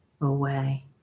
away